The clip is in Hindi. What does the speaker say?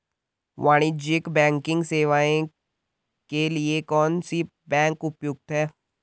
वाणिज्यिक बैंकिंग सेवाएं के लिए कौन सी बैंक उपयुक्त है?